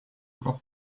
drop